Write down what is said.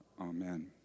Amen